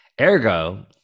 Ergo